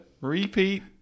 repeat